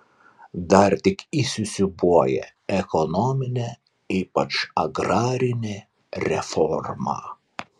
dar tik įsisiūbuoja ekonominė ypač agrarinė reforma